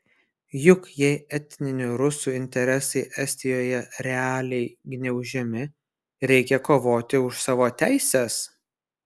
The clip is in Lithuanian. juk jei etninių rusų interesai estijoje realiai gniaužiami reikia kovoti už savo teises